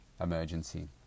emergency